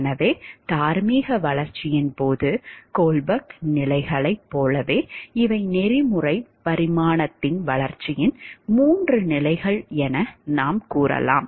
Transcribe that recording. எனவே தார்மீக வளர்ச்சியின் கோல்பெர்க் நிலைகளைப் போலவே இவை நெறிமுறை பரிமாணத்தின் வளர்ச்சியின் 3 நிலைகள் என நாம் கூறலாம்